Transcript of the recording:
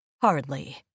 Hardly